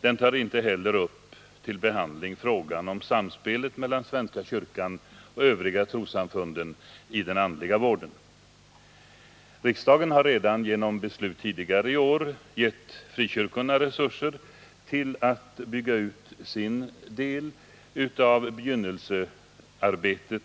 Den tar inte heller upp till behandling frågan om samspelet mellan svenska kyrkan och de övriga trossamfunden i fråga om den andliga vården. Riksdagen har redan genom beslut tidigare i år gett frikyrkorna resurser att utöka sitt arbete